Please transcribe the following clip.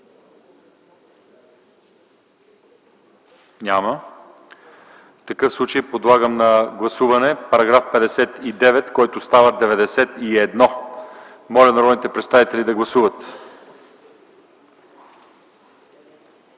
Няма. В такъв случай подлагам на гласуване § 52, който става § 79. Моля народните представители да гласуват.